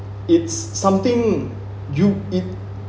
it's something you eat